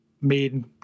made